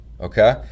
okay